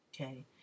Okay